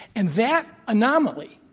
and that anomaly,